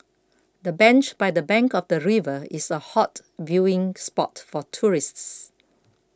the bench by the bank of the river is a hot viewing spot for tourists